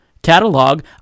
Catalog